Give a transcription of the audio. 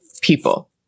people